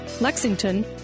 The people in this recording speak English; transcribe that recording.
Lexington